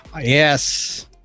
yes